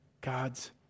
God's